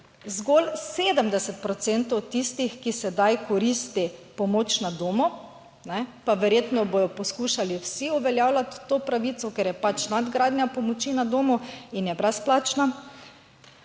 procentov tistih, ki sedaj koristi pomoč na domu, ne, pa verjetno bodo poskušali vsi uveljavljati to pravico, ker je pač nadgradnja pomoči na domu in je brezplačna,